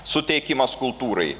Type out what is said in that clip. suteikimas kultūrai